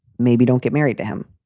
maybe don't get married to him.